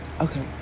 Okay